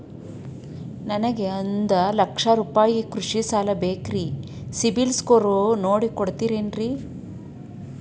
ನನಗೊಂದ ಲಕ್ಷ ರೂಪಾಯಿ ಕೃಷಿ ಸಾಲ ಬೇಕ್ರಿ ಸಿಬಿಲ್ ಸ್ಕೋರ್ ನೋಡಿ ಕೊಡ್ತೇರಿ?